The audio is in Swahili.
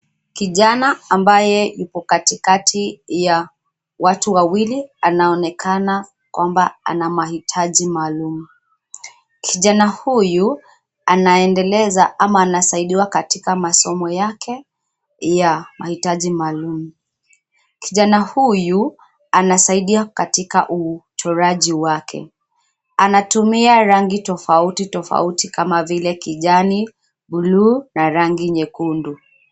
Kijani ambaye yupo katikati ya watu wawili, anaonekana kwamba ana mahitaji maalum. Kijana huyu, anaendeleza ama anasaidiwa katika masomo yake ya mahitaji maalum. Kijana huyu, anasaidia katika uchoraji wake. Anatumia rangi tofauti tofauti kama vile kijani, buluu na rangi nyekundu.